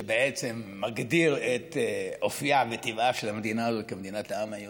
שבעצם מגדיר את אופייה וטבעה של המדינה הזאת כמדינת העם היהודי?